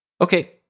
Okay